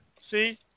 See